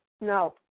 No